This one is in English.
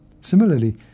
Similarly